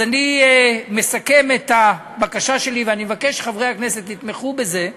אז אני מסכם את הבקשה שלי ואני מבקש שחברי הכנסת יתמכו בזה: